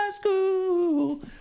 school